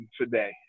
today